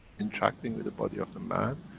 interacting with the body of the man.